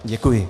Děkuji.